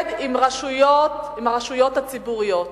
שעובד עם הרשויות הציבוריות.